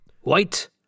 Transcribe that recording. white